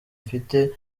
mfite